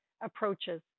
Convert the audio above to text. approaches